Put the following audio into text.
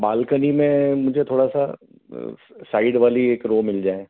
balcony में मुझे थोड़ा सा साइड वाली एक रो मिल जाए